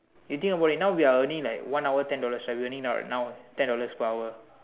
you think about it now we are earning like one hour ten dollars only we are earning now ten dollars per hour